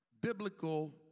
Biblical